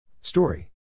Story